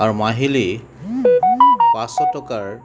আৰু মাহিলী পাঁচশ টকাৰ